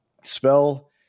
spell